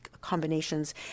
combinations